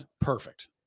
Perfect